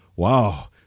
wow